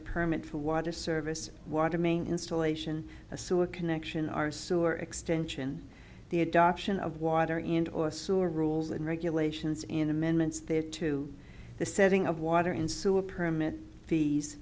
a permit for water service water main installation a sewer connection our sewer extension the adoption of water into or sewer rules and regulations in amendments there to the setting of water and sewer permit fees